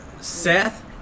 Seth